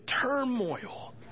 turmoil